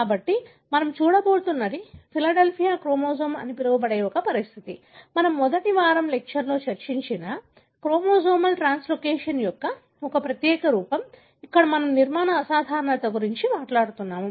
కాబట్టి మనం చూడబోతున్నది ఫిలడెల్ఫియా క్రోమోజోమ్ అని పిలువబడే ఒక పరిస్థితి మనము మొదటి వారం లెక్చర్ లో చర్చించిన క్రోమోజోమల్ ట్రాన్స్లోకేషన్ యొక్క ఒక ప్రత్యేక రూపం ఇక్కడ మనము నిర్మాణ అసాధారణత గురించి మాట్లాడు తున్నాము